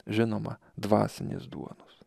žinoma dvasinės duonos